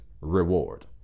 reward